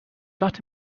that